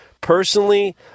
personally